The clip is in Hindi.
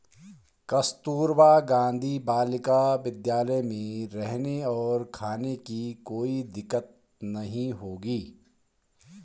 कस्तूरबा गांधी बालिका विद्यालय में रहने और खाने की कोई दिक्कत नहीं होगी